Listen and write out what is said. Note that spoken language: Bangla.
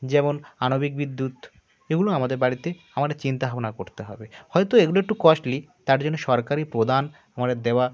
যেমন আণবিক বিদ্যুৎ এগুলো আমাদের বাড়িতে আমাদের চিন্তা ভাবনা করতে হবে হয়তো এগুলো একটু কস্টলি তার জন্য সরকারি প্রদান আমাদের দেওয়া